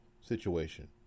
situation